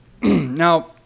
now